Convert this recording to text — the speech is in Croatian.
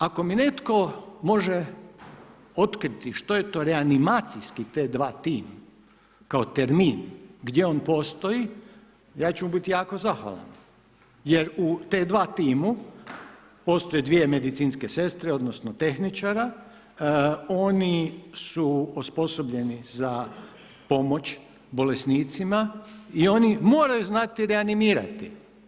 Ako mi netko može otkriti što je reanimacijski T2 tim, kao termin, gdje on postoji, ja ću biti jako zahvalan, jer u T2 timu, postoje 2 medicinske sestre, odnosno, tehničara, oni su osposobljeni za pomoć bolesnicima i oni moraju znati reanimirati.